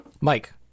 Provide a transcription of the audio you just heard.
Mike